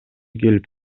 келип